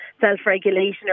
self-regulation